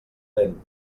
dent